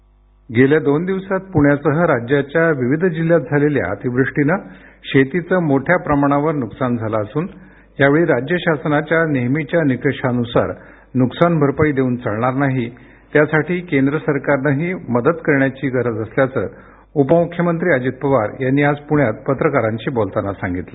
ध्वनी गेल्या दोन दिवसात पुण्यासह राज्याच्या विविध जिल्ह्यात झालेल्या अतिवृष्टीनं शेतीचं मोठ्या प्रमाणावर नुकसान झालं असून यावेळी राज्य शासनाच्या नेहमीच्या निकषानुसार नुकसान भरपाई देऊन चालणार नाही त्यासाठी केंद्र सरकारनेही मदत करण्याची गरज असल्याचं उपमुख्यमंत्री अजित पवार यांनी आज पुण्यात पत्रकारांशी बोलताना सांगितलं